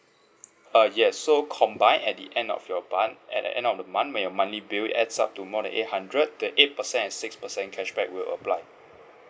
uh yes so combine at the end of your month at the end of the month where your monthly bill adds up to more than eight hundred that eight percent six percent cashback will apply